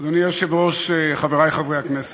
אדוני היושב-ראש, חברי חברי הכנסת,